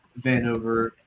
Vanover